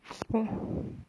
!wah!